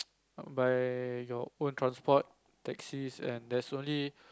by you own transport taxis and there's only